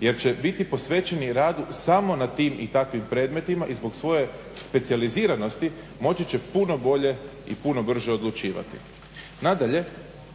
jer će biti posvećeni radu samo na tim i takvim predmetima i zbog svoje specijaliziranosti moći će puno bolje i puno brže odlučivati. Nadalje,